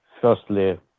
Firstly